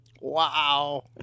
Wow